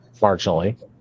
marginally